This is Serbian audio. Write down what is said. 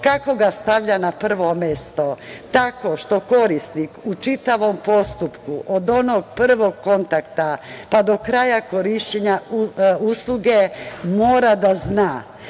Kako ga stavlja na prvo mesto? Tako što korisnik u čitavom postupku, od onog prvog kontakta, pa do kraja korišćenja usluge, mora da zna.